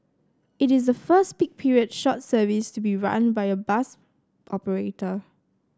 it is the first peak period short service to be run by a bus operator